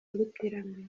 rw’iterambere